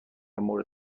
مورد